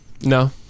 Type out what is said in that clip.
no